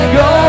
go